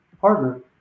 partner